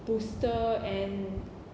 booster and